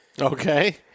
Okay